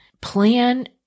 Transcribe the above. plan